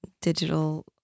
digital